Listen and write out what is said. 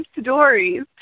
stories